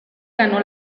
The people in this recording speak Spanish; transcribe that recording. ganó